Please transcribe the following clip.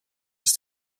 ist